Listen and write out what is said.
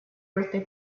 birthday